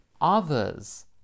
others